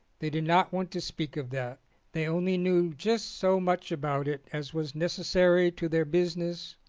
they did not want to speak of that they only knew just so much about it as was necessary to their business,